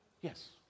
Yes